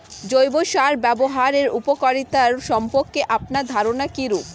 জৈব সার ব্যাবহারের উপকারিতা সম্পর্কে আপনার ধারনা কীরূপ?